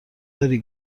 داری